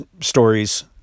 stories